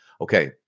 okay